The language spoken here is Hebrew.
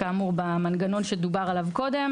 במנגנון שדובר עליו קודם.